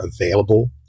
available